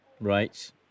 Right